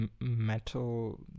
metal